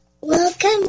Welcome